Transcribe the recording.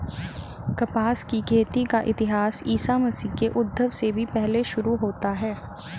कपास की खेती का इतिहास ईसा मसीह के उद्भव से भी पहले शुरू होता है